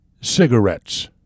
cigarettes